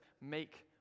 make